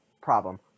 problem